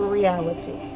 reality